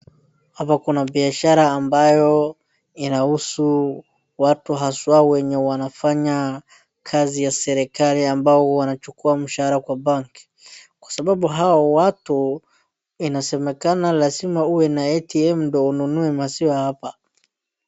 Hapa kuna biashara ambayo inahusu watu haswa wenye wanafanya kazi ya serikali ambao huwa wanachukua mshahara kwa bank . Kwa sababu hao watu inasemeka lazima uwe na ATM ndo ununue maziwa hapa.